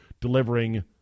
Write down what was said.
delivering